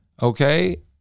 Okay